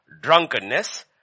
drunkenness